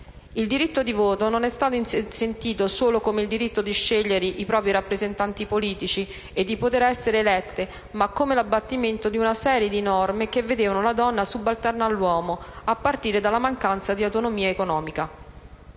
Il diritto di voto non è stato sentito solo come il diritto di scegliere i propri rappresentanti politici e di potere essere elette, ma come l'abbattimento di una serie di norme che vedevano la donna subalterna all'uomo, a partire dalla mancanza di autonomia economica.